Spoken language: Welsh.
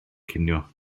cinio